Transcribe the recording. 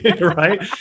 right